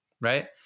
right